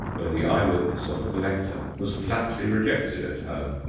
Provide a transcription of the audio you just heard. where the eye-witness of a collector was flatly rejected at home.